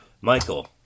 Michael